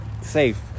safe